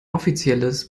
offizielles